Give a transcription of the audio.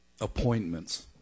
appointments